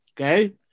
okay